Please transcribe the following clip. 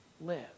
live